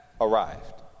arrived